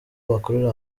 bakorera